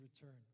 return